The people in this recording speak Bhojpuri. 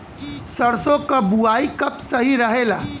सरसों क बुवाई कब सही रहेला?